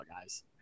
guys